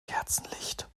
kerzenlicht